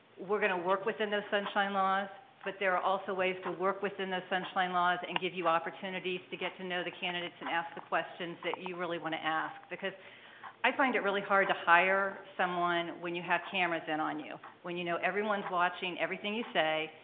we're gonna work within those sunshine laws but there are also ways to work within those sunshine laws and give you opportunities to get to know the candidates and ask the questions that you really want to ask, because i find it really hard to hire someone when you have cameras in on you, when you know everyone's watching everything you say,